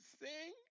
sing